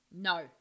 No